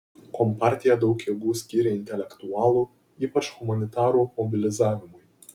kompartija daug jėgų skyrė intelektualų ypač humanitarų mobilizavimui